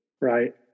right